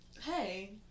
Hey